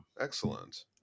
Excellent